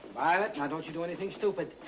violet, now don't you do anything stupid.